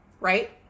right